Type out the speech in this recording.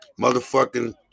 motherfucking